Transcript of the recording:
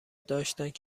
داشتند